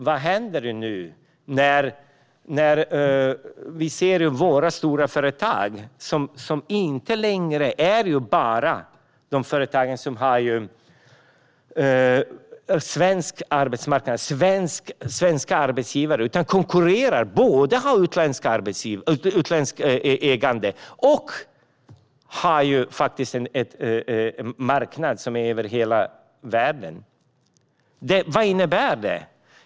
Vad händer med de stora företag som inte bara finns på den svenska arbetsmarknaden med svenskt ägande utan också har utländska ägare och tillgång till en marknad som sträcker sig över hela världen? Vad innebär det?